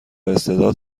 استعداد